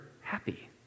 happy